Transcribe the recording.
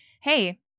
hey